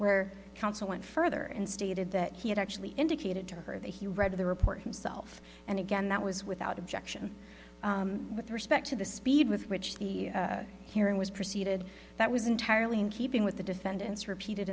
where counsel went further and stated that he had actually indicated to her that he read the report himself and again that was without objection with respect to the speed with which the hearing was proceeded that was entirely in keeping with the defendant's repeated